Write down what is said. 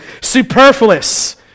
Superfluous